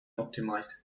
optimised